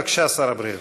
בבקשה, שר הבריאות.